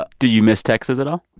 ah do you miss texas at all?